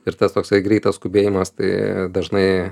ir tas toksai greitas skubėjimas tai dažnai